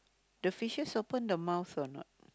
the fishes open the mouth or not